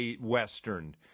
Western